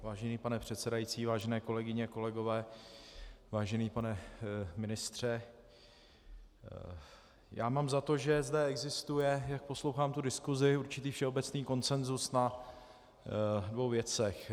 Vážený pane předsedající, vážené kolegyně, kolegové, vážený pane ministře, já mám za to, že zde existuje, jak poslouchám tu diskusi, určitý všeobecný konsenzus na dvou věcech.